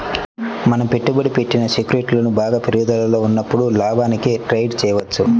మనం పెట్టుబడి పెట్టిన సెక్యూరిటీలు బాగా పెరుగుదలలో ఉన్నప్పుడు లాభానికి ట్రేడ్ చేయవచ్చు